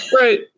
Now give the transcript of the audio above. Right